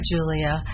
Julia